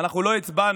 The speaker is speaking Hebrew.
ואנחנו לא הצבענו